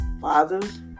fathers